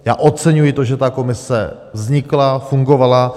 Já oceňuji, že ta komise vznikla a fungovala.